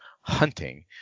hunting